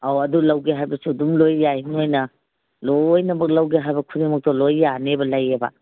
ꯑꯧ ꯑꯗꯨ ꯂꯧꯒꯦ ꯍꯥꯏꯕꯁꯨ ꯑꯗꯨꯝ ꯂꯣꯏ ꯌꯥꯏ ꯅꯣꯏꯅ ꯂꯣꯏꯅꯃꯛ ꯂꯧꯒꯦ ꯍꯥꯏꯕ ꯈꯨꯗꯤꯡꯃꯛꯇꯣ ꯂꯣꯏ ꯌꯥꯅꯦꯕ ꯂꯩꯌꯦꯕ